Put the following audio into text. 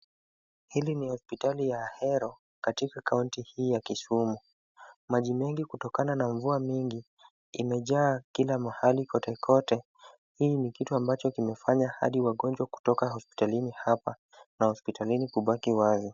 Hili ni hospitali ya Ahero katika kaunti hii ya Kisumu. Maji mengi kutokana na mvua mingi imejaa kila mahali kwote kwote. Hii ni kitu ambacho kimefanya hadi wagonjwa kutoka hospitalini hapa na hospitalini kubaki wazi.